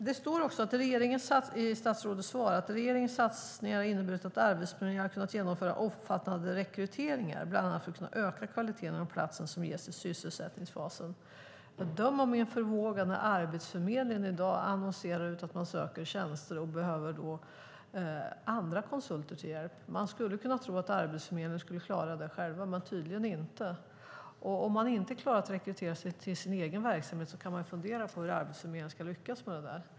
Det står också i statsrådets svar att regeringens satsningar har inneburit att Arbetsförmedlingen har kunnat genomföra omfattande rekryteringar, bland annat för att öka kvaliteten i de platser som ges i sysselsättningsfasen. Döm om min förvåning när Arbetsförmedlingen i dag annonserar att man söker tjänster. De behöver andra konsulter till hjälp. Man skulle kunna tro att Arbetsförmedlingen skulle klara det själv, men så är det tydligen inte. Om de inte klarar att rekrytera till sin egen verksamhet kan man ju fundera på hur Arbetsförmedlingen ska lyckas med det här.